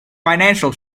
financial